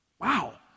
Wow